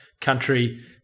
country